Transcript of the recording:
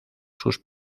sus